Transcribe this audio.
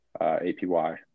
APY